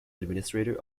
administrator